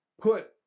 put